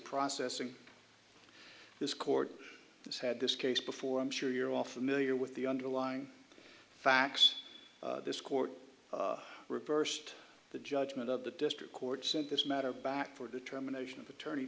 processing this court has had this case before i'm sure you're all familiar with the underlying facts this court reversed the judgment of the district courts in this matter back for determination of attorney